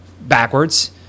backwards